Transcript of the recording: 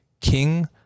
king